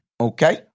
Okay